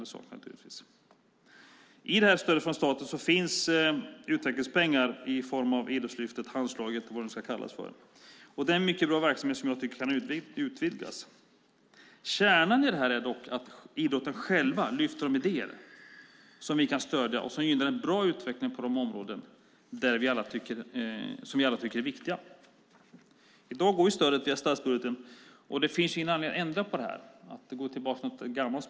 Det är naturligtvis en klassfråga. I det här stödet från staten finns utvecklingspengar i form av Idrottslyftet, Handslaget och vad de nu kallas för. Det är en mycket bra verksamhet som kan utvidgas. Kärnan i detta är dock att idrotten själv lyfter upp de idéer som vi kan stödja och som gynnar en bra utveckling på de områden som vi alla tycker är viktiga. I dag går stödet via statsbudgeten, och det finns ingen anledning att ändra på det och gå tillbaka till något gammalt.